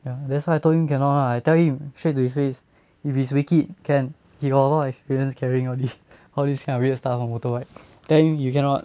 ya that's why I told him cannot lah I tell him straight to his face if it's wee kit can he got a lot of experience carrying all these all these kind of weird stuff on motorbike then you cannot